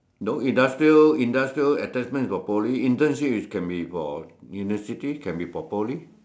no industrial industrial attachment is for Poly internship is can be for university can be for Poly